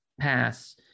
pass